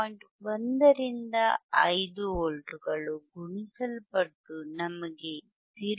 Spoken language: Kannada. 1 ರಿಂದ 5 ವೋಲ್ಟ್ಗಳು ಗುಣಿಸಲ್ಪಟ್ಟು ನಮಗೆ 0